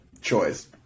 choice